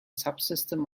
subsystem